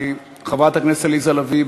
חברת הכנסת עליזה לביא,